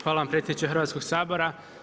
Hvala vam predsjedniče Hrvatskog sabora.